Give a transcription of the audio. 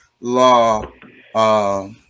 law